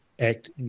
Act